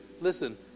Listen